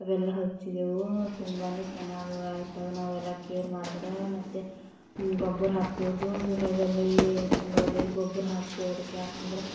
ಅವೆಲ್ಲ ಹಚ್ಚಿದ್ದೆವು ತುಂಬನೇ ಚೆನ್ನಾಗಿ ಆಯ್ತವೆ ನಾವೆಲ್ಲ ಕೇರ್ ಮಾಡಿದ್ರೆ ಮತ್ತೆ ಗೊಬ್ಬರ ಹಾಕ್ತೇವೆ ಜೂನ್ ಜುಲೈದಲ್ಲಿ ತಿಂಗಳಲ್ಲಿ ಗೊಬ್ಬರ ಹಾಕ್ತೇವೆ ಅದಕ್ಕೆ ಏಕೆಂದ್ರೆ